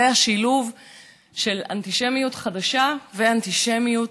זה השילוב של אנטישמיות חדשה ואנטישמיות